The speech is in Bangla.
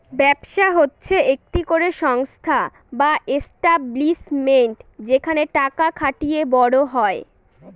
ব্যবসা হচ্ছে একটি করে সংস্থা বা এস্টাব্লিশমেন্ট যেখানে টাকা খাটিয়ে বড় হয়